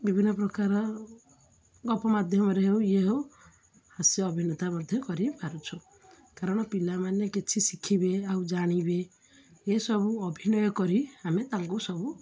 ବିଭିନ୍ନ ପ୍ରକାର ଗପ ମାଧ୍ୟମରେ ହେଉ ଇଏ ହେଉ ହାସ୍ୟ ଅଭିନେତା ମଧ୍ୟ କରିପାରୁଛୁ କାରଣ ପିଲାମାନେ କିଛି ଶିଖିବେ ଆଉ ଜାଣିବେ ଏସବୁ ଅଭିନୟ କରି ଆମେ ତାଙ୍କୁ ସବୁ